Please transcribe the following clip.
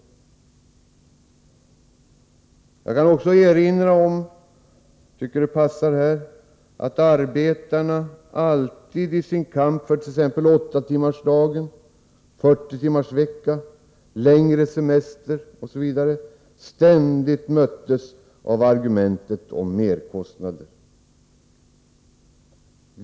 Jag kan också erinra om — jag tycker att det passar här — att arbetarna alltid i sin kamp för t.ex. åttatimmarsdagen, fyrtiotimmarsveckan och längre semester möttes av argumentet om merkostnader.